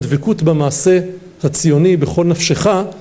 דבקות במעשה הציוני בכל נפשך